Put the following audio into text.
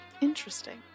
Interesting